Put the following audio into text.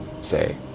say